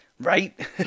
Right